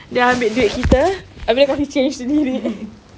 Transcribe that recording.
dia ambil duit kita habis dia kasi change sendiri